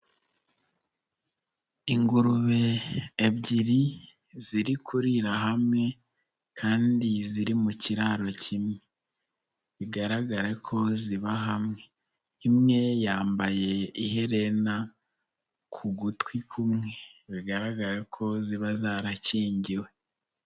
Ingurube ebyiri ziri kurira hamwe kandi ziri mu kiraro kimwe. Bigaragarara ko ziba hamwe. Imwe yambaye iherena ku gutwi kumwe. Bigaragara ko ziba zarakingiwe.